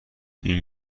این